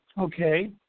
Okay